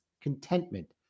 contentment